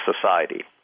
society